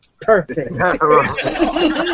Perfect